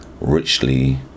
richly